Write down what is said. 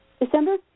December